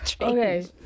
Okay